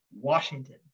Washington